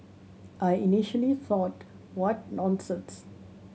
I initially thought what nonsense